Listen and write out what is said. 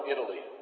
Italy